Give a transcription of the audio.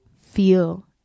feel